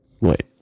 wait